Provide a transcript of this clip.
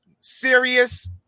serious